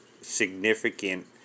significant